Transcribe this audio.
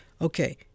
Okay